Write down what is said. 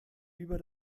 über